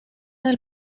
del